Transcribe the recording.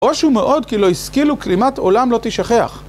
או שהוא מאוד כי לא הסכילו כלימת עולם לא תישכח